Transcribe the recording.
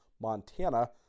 Montana